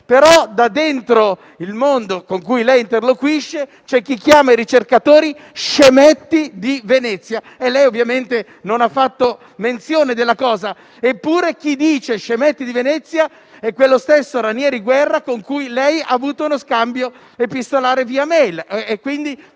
però all'interno del mondo con cui lei interloquisce c'è chi definisce i ricercatori scemetti di Venezia. Lei ovviamente non ha fatto menzione della cosa, eppure chi usa tale epiteto è quello stesso Ranieri Guerra con cui lei ha avuto uno scambio epistolare via *mail,*